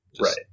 Right